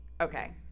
Okay